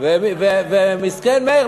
מסכן מאיר,